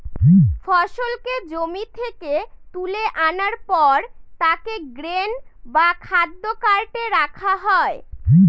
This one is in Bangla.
ফসলকে জমি থেকে তুলে আনার পর তাকে গ্রেন বা খাদ্য কার্টে রাখা হয়